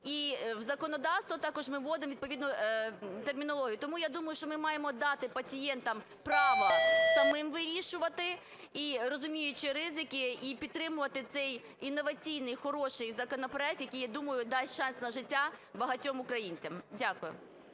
І в законодавство також ми вводимо відповідну термінологію. Тому я думаю, що ми маємо дати пацієнтам право самим вирішувати і, розуміючи ризики, і підтримувати цей інноваційний хороший законопроект, який, я думаю, дасть шанс на життя багатьом українцям. Дякую.